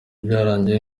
byarangiye